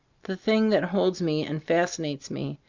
the thing that holds me, and fascinates me,